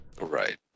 Right